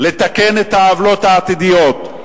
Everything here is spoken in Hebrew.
לתקן את העוולות העתידיות.